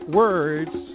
words